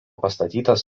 pastatytas